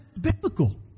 biblical